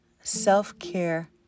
self-care